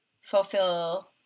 fulfill